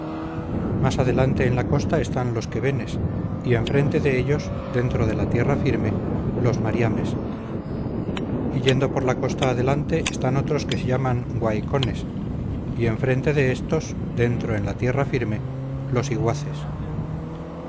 más adelante en la costa están los quevenes y enfrente de ellos dentro de la tierra firme los mariames y yendo por la costa adelante están otros que se llaman guaycones y enfrente de éstos dentro en la tierra firme los iguaces